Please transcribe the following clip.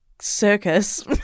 circus